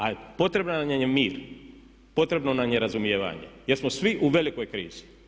Ali potreban nam je mir, potrebno nam je razumijevanje jer smo svi u velikoj krizi.